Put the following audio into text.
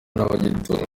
n’abagituye